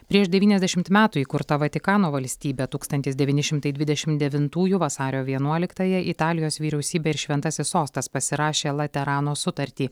prieš devyniasdešimt metų įkurta vatikano valstybė tūkstantis devyni šimtai dvidešimt devintųjų vasario vienuoliktąją italijos vyriausybė ir šventasis sostas pasirašė laterano sutartį